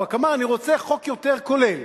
הוא רק אמר: אני רוצה חוק יותר כולל.